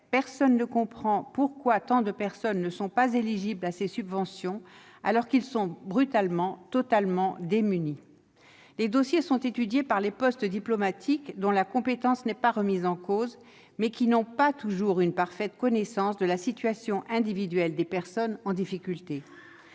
; nul ne comprend pourquoi tant de personnes ne sont pas éligibles à ces subventions, alors qu'elles se retrouvent, brutalement, totalement démunies. Les dossiers sont étudiés par les postes diplomatiques, dont la compétence n'est pas remise en cause, mais qui n'ont pas toujours une parfaite connaissance de la situation individuelle des personnes en difficulté.